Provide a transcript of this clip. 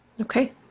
Okay